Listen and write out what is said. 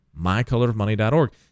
mycolorofmoney.org